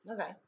Okay